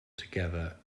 together